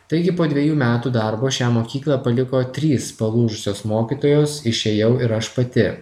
taigi po dvejų metų darbo šią mokyklą paliko trys palūžusios mokytojos išėjau ir aš pati